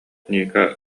ника